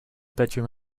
bedroom